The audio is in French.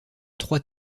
trois